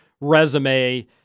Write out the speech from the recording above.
resume